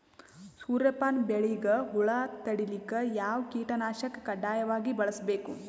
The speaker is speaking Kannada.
ಸೂರ್ಯಪಾನ ಬೆಳಿಗ ಹುಳ ತಡಿಲಿಕ ಯಾವ ಕೀಟನಾಶಕ ಕಡ್ಡಾಯವಾಗಿ ಬಳಸಬೇಕು?